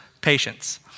patience